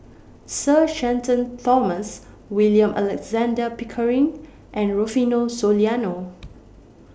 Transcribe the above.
Sir Shenton Thomas William Alexander Pickering and Rufino Soliano